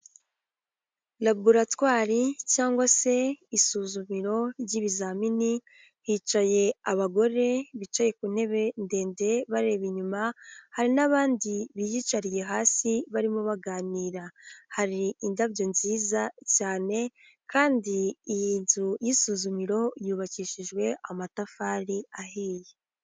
Laboratwari cyangwa se isuzumiro ry'ibizamini hicaye abagore bicaye ku ntebe ndende bareba inyuma hari n'abandi biyicariye hasi barimo baganira, hari indabyo nziza cyane kandi iyi nzu y'isuzumiro yubakishijwe amatafari ahiye.